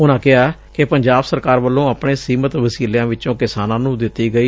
ਉਨਾਂ ਕਿਹਾ ਕਿ ਪੰਜਾਬ ਸਰਕਾਰ ਵੱਲੋਂ ਆਪਣੇ ਸੀਮਤ ਵਸੀਲਿਆਂ ਚੋਂ ਕਿਸਾਨਾਂ ਨੂੰ ਦਿੱਤੀ ਗਈ